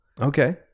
Okay